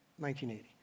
1980